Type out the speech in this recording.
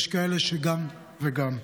יש כאלה שגם וגם,